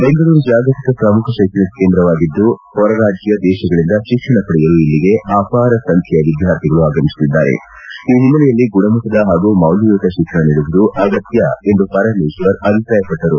ಬೆಂಗಳೂರು ಜಾಗತಿಕ ಪ್ರಮುಖ ಶೈಕ್ಷಣಿಕ ಕೇಂದ್ರವಾಗಿದ್ದು ಹೊರ ರಾಜ್ಯ ದೇಶಗಳಿಂದ ಶಿಕ್ಷಣ ಪಡೆಯಲು ಇಲ್ಲಿಗೆ ಅಪಾರ ಸಂಬೈಯ ವಿದ್ಯಾರ್ಥಿಗಳು ಆಗಮಿಸುತ್ತಿದ್ದಾರೆ ಈ ಹಿನ್ನಲೆಯಲ್ಲಿ ಗುಣಮಟ್ಟದ ಹಾಗು ಮೌಲ್ಯಯುತ ಶಿಕ್ಷಣ ನೀಡುವುದು ಅಗತ್ಯ ಎಂದು ಪರಮೇಶ್ವರ್ ಅಭಿಪ್ರಾಯಪಟ್ಟರು